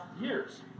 years